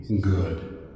Good